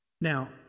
Now